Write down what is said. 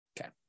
Okay